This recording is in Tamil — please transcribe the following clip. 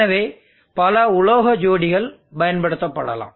எனவே பல உலோக ஜோடிகள் பயன்படுத்தப்படலாம்